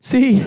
See